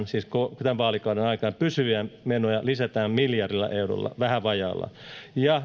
siis tämän vaalikauden aikana pysyviä menoja lisätään miljardilla eurolla vähän vajaalla ja